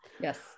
yes